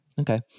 okay